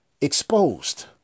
exposed